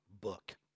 book